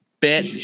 Bet